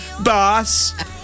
boss